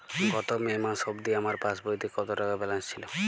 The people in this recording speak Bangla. গত মে মাস অবধি আমার পাসবইতে কত টাকা ব্যালেন্স ছিল?